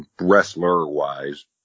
wrestler-wise